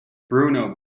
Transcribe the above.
bruno